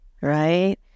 Right